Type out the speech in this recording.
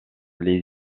les